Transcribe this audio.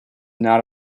not